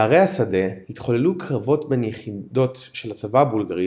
בערי השדה התחוללו קרבות בין יחידות של הצבא הבולגרי